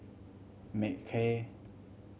Mackay